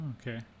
okay